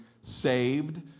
saved